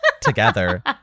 together